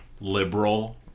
liberal